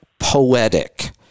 poetic